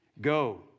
Go